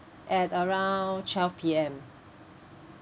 at around twelve P_M